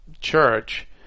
church